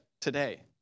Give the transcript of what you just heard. today